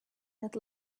had